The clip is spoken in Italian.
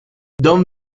don